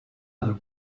other